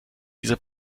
diese